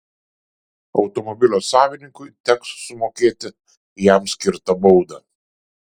automobilio savininkui teks sumokėti jam skirtą baudą